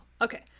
Okay